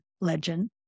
legend